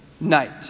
night